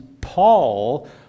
Paul